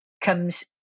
comes